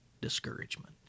discouragement